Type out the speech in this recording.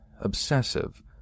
obsessive